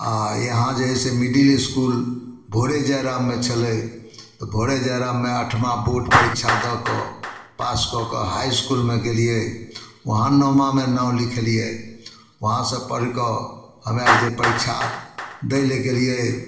आ यहाँ जे है से मिडिल इसकुल भोरे जयराममे छलै तऽ भोरे जयराममे अठमाँ बोर्ड परीक्षा दऽ कऽ पास कऽ कऽ हाइ इसकुलमे गेलियै वहाँ नओमाँमे नाम लिखेलियै वहाँ सँ पढ़ि कऽ हमे आर जे परीक्षा दै लए गेलियै